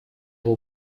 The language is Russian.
его